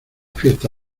fiesta